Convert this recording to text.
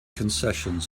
concessions